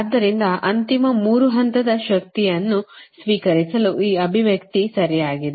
ಆದ್ದರಿಂದ ಅಂತಿಮ 3 ಹಂತದ ಶಕ್ತಿಯನ್ನು ಸ್ವೀಕರಿಸಲು ಈ ಅಭಿವ್ಯಕ್ತಿ ಸರಿಯಾಗಿದೆ